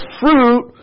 fruit